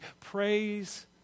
praise